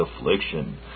affliction